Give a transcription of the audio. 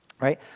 right